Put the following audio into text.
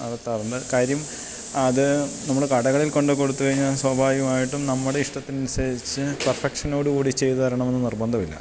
നടത്താറുണ്ട് കാര്യം അത് നമ്മൾ കടകളിൽ കൊണ്ട് കൊടുത്ത് കഴിഞ്ഞാൽ സ്വാഭാവികമായിട്ടും നമ്മുടെ ഇഷ്ടത്തിനുസരിച്ച് പെർഫെക്ഷനോട് കൂടി ചെയ്ത് തരണമെന്ന് നിർബന്ധമില്ല